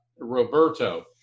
Roberto